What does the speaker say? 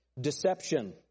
Deception